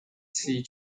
teen